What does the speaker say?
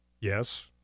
Yes